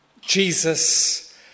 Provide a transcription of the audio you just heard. Jesus